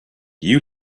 you